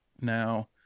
Now